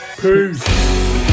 Peace